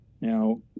Now